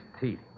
teeth